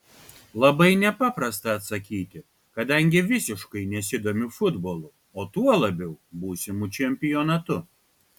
labai nepaprasta atsakyti kadangi visiškai nesidomiu futbolu o tuo labiau būsimu čempionatu